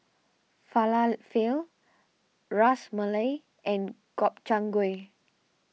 Falafel Ras Malai and Gobchang Gui